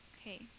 Okay